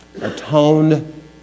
atoned